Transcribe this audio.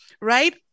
right